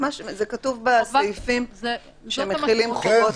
זה כתוב בסעיפים שמכילים חובות.